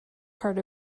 part